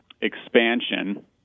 expansion